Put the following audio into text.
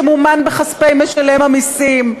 שמומן בכספי משלם המסים.